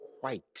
white